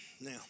now